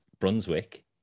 Brunswick